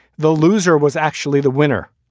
the loser was actually the winner,